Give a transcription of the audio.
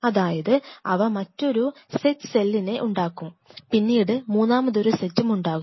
അതായത് അവ മറ്റൊരു സെറ്റ് സെല്ലിനെ ഉണ്ടാക്കും പിന്നീട് മൂന്നാമത്തൊരു സെറ്റും ഉണ്ടാകും